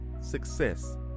success